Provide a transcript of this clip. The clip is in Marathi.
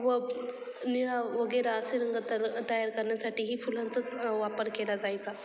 व निळा वगैरे असे रंग तर तयार करण्यासाठीही फुलांचाच वापर केला जायचा